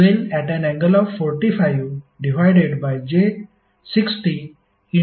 म्हणून IVjωL12∠45j600